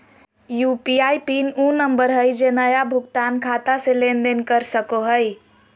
UPI PIN उ number हइ जे नया भुगतान खाता से लेन देन कर सको हइ